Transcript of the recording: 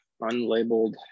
unlabeled